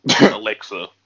Alexa